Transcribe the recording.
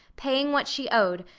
paying what she owed,